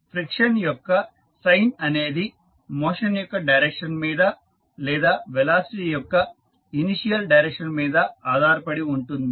friction యొక్క sign అనేది motion యొక్క డైరెక్షన్ మీద లేదా వెలాసిటీ యొక్క ఇనీషియల్ డైరెక్షన్ మీద ఆధారపడి ఉంటుంది